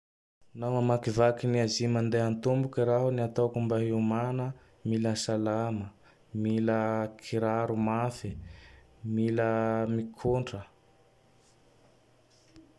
Nao mamakivake ny Azy mandea an-tomboky raho. Ny ataoko mba hiomana: mila salama, mila kiraro mafe, mila minkontra.